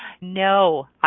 No